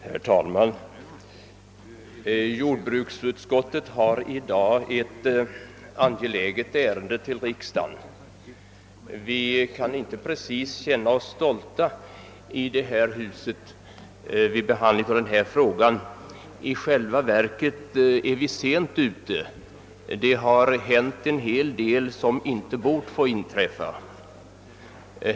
Herr talman! I det utlåtande från jordbruksutskottet, som nu behandlas, för utskottet fram ett angeläget ärende till kamrarna. Vi riksdagsledamöter kan inte direkt känna oss stolta när vi debatterar denna fråga. I själva verket är vi sent ute. Det har hänt en hel del som inte bort få inträffa.